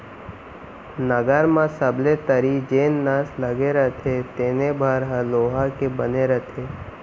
नंगर म सबले तरी जेन नस लगे रथे तेने भर ह लोहा के बने रथे